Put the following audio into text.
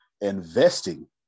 Investing